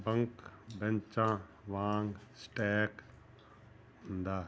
bunk ਬੈਂਚਾਂ ਵਾਂਗ stack ਦਾ